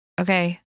Okay